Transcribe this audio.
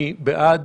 מי בעד?